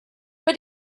but